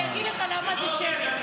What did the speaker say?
עכשיו, אני אגיד לך למה זה שמי.